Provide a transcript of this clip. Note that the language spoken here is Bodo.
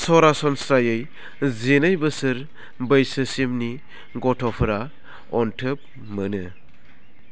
सरासनस्रायै जिनै बोसोर बैसोसिमनि गथ'फोरा अन्थोब मोनो